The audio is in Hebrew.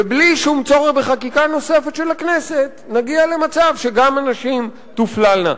ובלי שום צורך בחקיקה נוספת של הכנסת נגיע למצב שגם הנשים תופללנה.